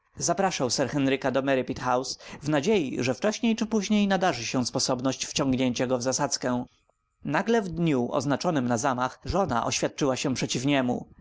zapraszał sir henryka do merripit house w nadziei że wcześniej czy później nadarzy się sposobność wciągnięcia go w zasadzkę nagle w dniu oznaczonym na zamach żona oświadczyła się przeciwko niemu